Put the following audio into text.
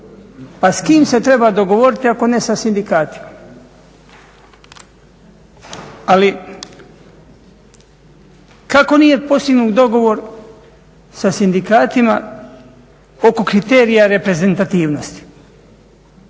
Pa s kim se treba dogovoriti ako ne sa sindikatima? Ali kako nije postignut dogovor sa sindikatima oko kriterija reprezentativnosti.